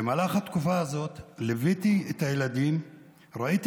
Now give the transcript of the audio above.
במהלך התקופה הזאת ליוויתי את הילדים וראיתי